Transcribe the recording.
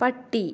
പട്ടി